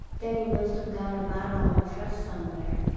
then he must have got a bottle on trust somewhere.